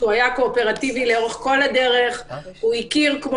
זה בעצם מתוך ההגדרה של חוק פיקוח על